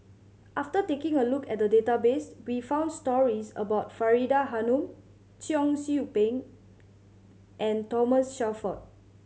after taking a look at the database we found stories about Faridah Hanum Cheong Soo Pieng and Thomas Shelford